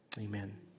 Amen